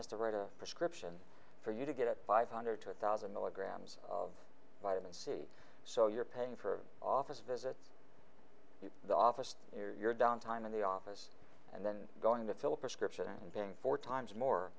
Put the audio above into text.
has to write a prescription for you to get five hundred two thousand milligrams of vitamin c so you're paying for office visit the office your down time in the office and then going to fill a prescription and being four times more